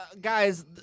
Guys